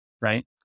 right